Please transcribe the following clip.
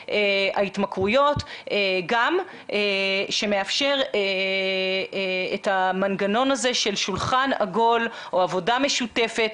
ההתמכרויות שמאפשר את המנגנון הזה של שולחן עגול או עבודה משותפת,